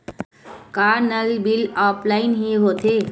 का नल bill offline हि होथे?